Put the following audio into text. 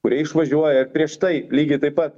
kurie išvažiuoja prieš tai lygiai taip pat